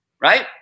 right